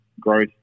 growth